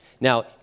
Now